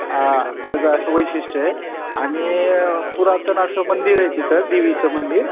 हां त्याचं असं वैशिष्ट्य आहे आणि पुरातन असं मंदिर आहे तिथं देवीचं मंदिर